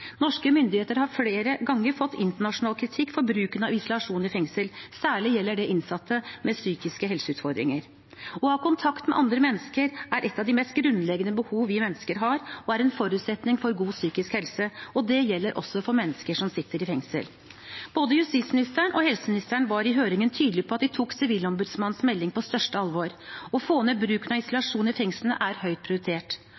norske fengsler. Norske myndigheter har flere ganger fått internasjonal kritikk for bruken av isolasjon i fengsel. Særlig gjelder det innsatte med psykiske helseutfordringer. Å ha kontakt med andre mennesker er et av de mest grunnleggende behov vi mennesker har, og er en forutsetning for god psykisk helse. Det gjelder også for mennesker som sitter i fengsel. Både justisministeren og helseministeren var i høringen tydelige på at de tok Sivilombudsmannens melding på største alvor. Å få ned bruken av